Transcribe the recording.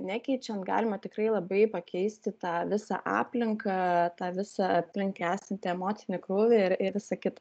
nekeičiant galima tikrai labai pakeisti tą visą aplinką tą visą aplink esantį emocinį krūvį ir ir visa kita